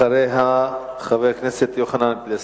אחריה, חבר הכנסת יוחנן פלסנר.